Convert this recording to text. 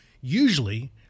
Usually